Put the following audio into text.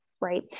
right